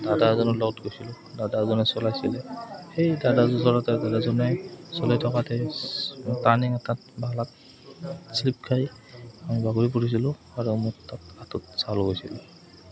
দাদা এজনৰ লগত গৈছিলোঁ দাদা এজনে চলাইছিলে সেই দাদা দাদাজনে চলাই থাকোঁতে টাৰ্ণিং এটাত বালাত শ্লিপ খাই আমি বাগৰি পৰিছিলোঁ আৰু মোৰ তাত হাতত চাল গৈছিল